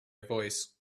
voice